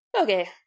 Okay